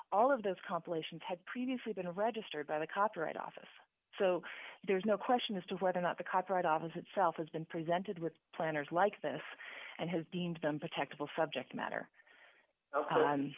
all of those compilations had previously been registered by the copyright office so there's no question as to whether or not the copyright office itself has been presented with planners like this and has deemed them for technical subject matter